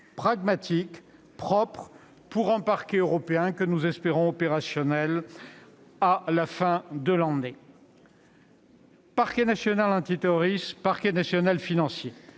pragmatique, propre, pour un Parquet européen que nous espérons opérationnel à la fin de l'année. Deuxième volet : le parquet national antiterroriste et le parquet national financier.